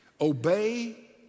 Obey